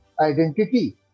identity